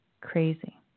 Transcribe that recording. crazy